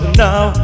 now